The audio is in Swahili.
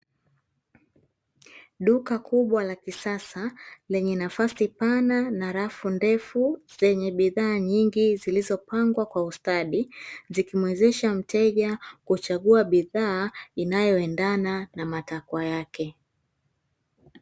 Duka kubwa la kisasa lenye nafasi pana na rafu ndefu, zenye bidhaa nyingi zilizopangwa kwa ustadi. Zikimwezesha mteja kuchagua bidhaa inayoendana na matakwa yake.